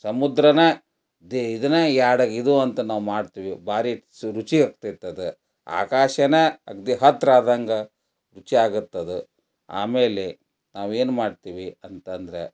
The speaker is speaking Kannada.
ಸಮುದ್ರನ ಇದನ್ನ ಯಾಡ ಇದು ಅಂತ ನಾವು ಮಾಡ್ತೀವಿ ಭಾರೀ ಸು ರುಚಿ ಇರ್ತೈತಿ ಅದು ಆಕಾಶನ ಅಗದಿ ಹತ್ತಿರ ಆದಂಗೆ ರುಚಿ ಆಗುತ್ತೆ ಅದು ಆಮೇಲೆ ನಾವು ಏನು ಮಾಡ್ತೀವಿ ಅಂತಂದ್ರೆ